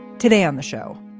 today on the show,